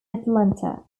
atlanta